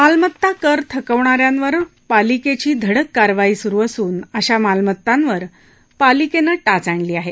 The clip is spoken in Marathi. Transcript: मालमत्ता कर थकवणाऱ्यांवर पालिकेची धडक कारवाई सुरू असून अशा मालमत्तांवर पालिकेनं टाच आणली आहे